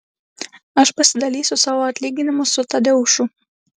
aš pasidalysiu savo atlyginimu su tadeušu